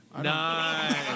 Nice